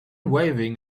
waving